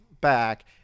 back